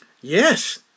Yes